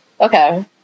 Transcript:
okay